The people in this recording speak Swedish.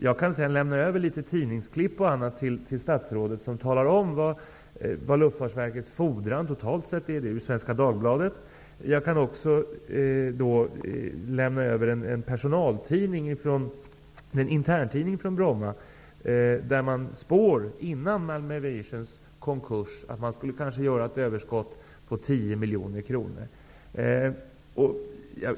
Jag kan överlämna en del tidningsklipp och annat till statsrådet där det framgår vad Luftfartsverkets totala fordran är. Det finns ett exempel ur Svenska Dagbladet. Jag kan lämna över en interntidning från Bromma. Där spådde man, innan Malmö Aviation gick i konkurs, att det skulle bli ett överskott på 10 miljoner kronor.